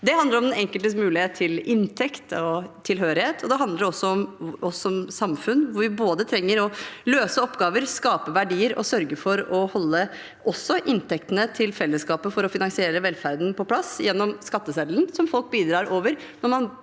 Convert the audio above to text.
Det handler om den enkeltes mulighet til inntekt og tilhørighet. Det handler også om oss som samfunn. Vi trenger å både løse oppgaver, skape verdier og sørge for å holde inntektene til fellesskapet – for å finansiere velferden – på plass gjennom skatteseddelen, som folk bidrar over når man